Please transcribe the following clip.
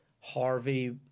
Harvey